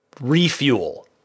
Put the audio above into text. refuel